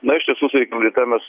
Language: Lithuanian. na iš tiesų sakykim ryte mes